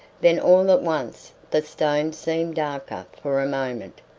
then all at once the stone seemed darker for a moment,